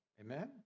Amen